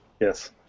Yes